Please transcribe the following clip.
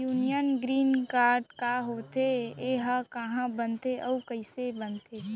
Union green card का होथे, एहा कहाँ बनथे अऊ कइसे बनथे?